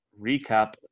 recap